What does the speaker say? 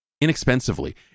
inexpensively